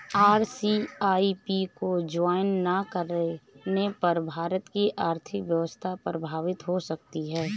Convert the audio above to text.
RCEP को join ना करने पर भारत की आर्थिक व्यवस्था प्रभावित हो सकती है